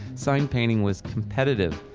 sign painting was competitive,